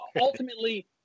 Ultimately